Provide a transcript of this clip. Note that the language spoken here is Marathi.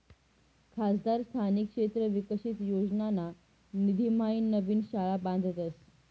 खासदार स्थानिक क्षेत्र विकास योजनाना निधीम्हाईन नवीन शाळा बांधतस